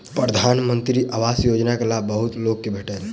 प्रधानमंत्री आवास योजना के लाभ बहुत लोक के भेटल